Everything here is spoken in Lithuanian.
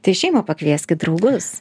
tai šeimą pakvieskit draugus